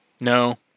no